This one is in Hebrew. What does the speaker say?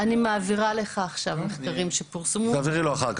תעבירי לו אחר כך.